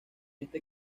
este